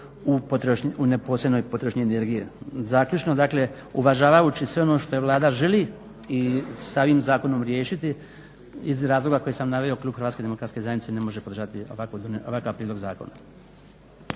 u neposrednoj potrošnji energije. Zaključno dakle, uvažavajući sve ono što Vlada želi i sa ovim zakonom riješiti iz razloga koji sam naveo klub HDZ-a ne može podržati ovakav prijedlog zakona.